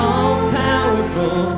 All-powerful